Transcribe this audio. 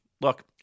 Look